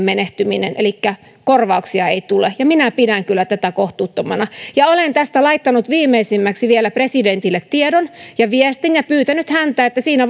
menehtyminen elikkä korvauksia ei tule ja minä pidän kyllä tätä kohtuuttomana olen tästä laittanut viimeisimmäksi vielä presidentille tiedon ja viestin ja pyytänyt häntä että siinä